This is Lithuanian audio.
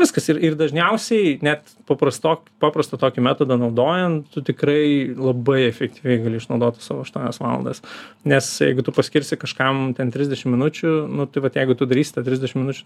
viskas ir ir dažniausiai net paprasto paprastą tokį metodą naudojant tikrai labai efektyviai gali išnaudot tas savo aštuonias valandas nes jeigu tu paskirsi kažkam ten trisdešim minučių nu tai vat jeigu tu darysi tą trisdešim minučių